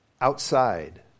outside